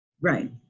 Right